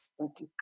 Okay